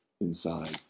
inside